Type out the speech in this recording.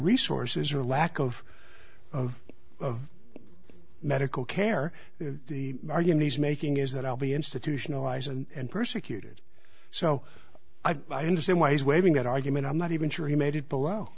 resources or lack of medical care they argue needs making is that i'll be institutionalized and persecuted so i understand why he's waving that argument i'm not even sure he made it below